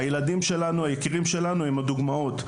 הילדים שלנו, היקירים שלנו הם הדוגמאות.